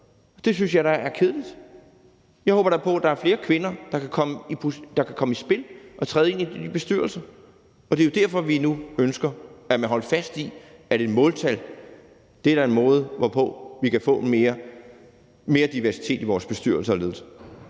det synes jeg da er kedeligt. Jeg håber da på, at der er flere kvinder, der kan komme i spil og træde ind i de bestyrelser, og det er jo derfor, vi nu ønsker, at man vil holde fast i et måltal. Det er da en måde, hvorpå vi kan få mere diversitet i vores bestyrelser og ledelser.